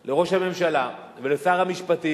למצב הרצוי שבו המספר האמיתי